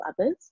others